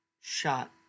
shot